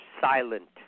silent